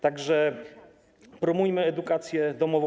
Tak że promujmy edukację domową.